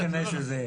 אל תיכנס לזה.